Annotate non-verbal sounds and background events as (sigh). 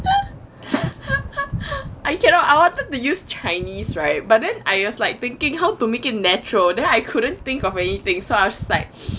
(laughs) I cannot I wanted to use chinese right but then I was like thinking how to make him natural then I couldn't think of anything so I just like